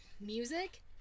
music